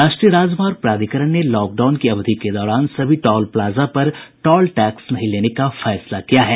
राष्ट्रीय राजमार्ग प्राधिकरण ने लॉक डाउन की अवधि के दौरान सभी टॉल प्लाजा पर टॉल टैक्स नहीं लेने का फैसला किया है